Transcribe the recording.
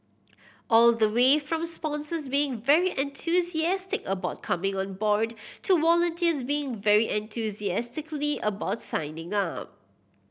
all the way from sponsors being very enthusiastic about coming on board to volunteers being very enthusiastically about signing up